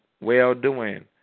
well-doing